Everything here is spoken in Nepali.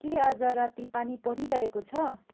के आज राति पानी परिरहेको छ